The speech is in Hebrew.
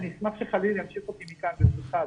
אני אשמח שחליל ימשיך אותי מכאן, ברשותך אדוני.